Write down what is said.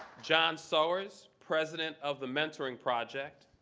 john sowers, president of the mentoring project.